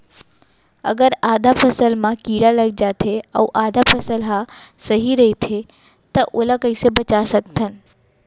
अगर आधा फसल म कीड़ा लग जाथे अऊ आधा फसल ह सही रइथे त ओला कइसे बचा सकथन?